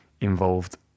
involved